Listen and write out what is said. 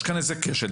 יש כאן איזה כשל,